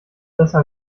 besser